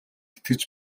итгэж